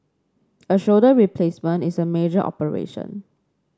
a shoulder replacement is a major operation